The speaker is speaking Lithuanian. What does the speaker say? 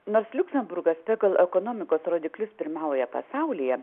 nors liuksemburgas pagal ekonomikos rodiklius pirmauja pasaulyje